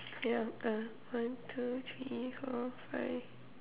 ya I've one two three four five